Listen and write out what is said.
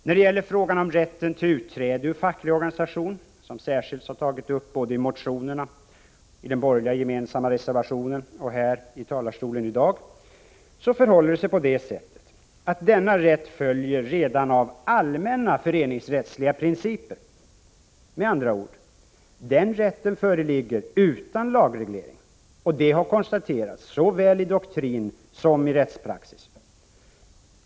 När det gäller frågan om rätten till utträde ur facklig organisation, som särskilt har tagits upp både i motionerna och i den borgerliga gemensamma reservationen, förhåller det sig på det sättet att denna rätt följer redan av allmänna föreningsrättsliga principer. Med andra ord: den rätten föreligger utan lagreglering. Detta har konstaterats såväl i doktrin som i rättspraxis.